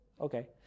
Okay